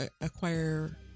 acquire